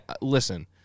listen